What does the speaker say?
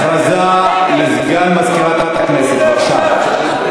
הכרזה לסגן מזכירת הכנסת, בבקשה.